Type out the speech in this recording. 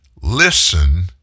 Listen